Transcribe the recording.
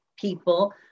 people